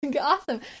Awesome